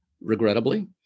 Regrettably